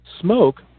smoke